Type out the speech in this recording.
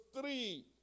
three